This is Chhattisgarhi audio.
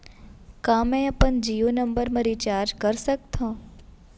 का मैं अपन जीयो नंबर म रिचार्ज कर सकथव?